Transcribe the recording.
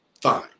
Fine